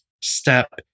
step